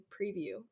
preview